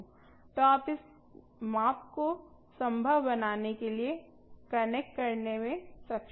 तो आप इस माप को संभव बनाने के लिए कनेक्ट करने में सक्षम होंगे